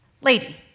Lady